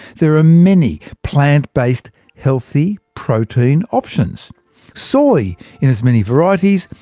there are many plant-based healthy protein options soy in its many varieties,